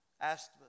asked